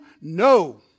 No